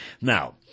Now